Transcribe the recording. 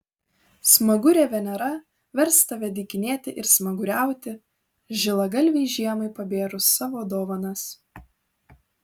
smagurė venera vers tave dykinėti ir smaguriauti žilagalvei žiemai pabėrus savo dovanas